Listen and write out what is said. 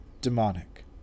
demonic